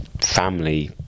family